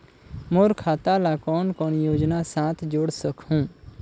मोर खाता ला कौन कौन योजना साथ जोड़ सकहुं?